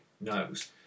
knows